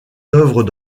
œuvres